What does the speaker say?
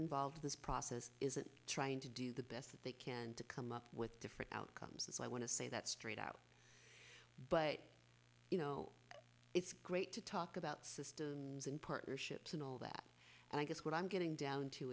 involved in this process isn't trying to do the best that they can to come up with different outcomes and so i want to say that straight out but you know it's great to talk about systems and partnerships and all that and i guess what i'm getting down to